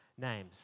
names